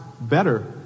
better